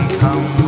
come